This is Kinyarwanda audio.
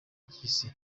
cy’isi